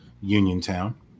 Uniontown